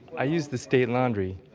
i use the state laundry.